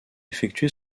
effectué